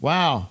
Wow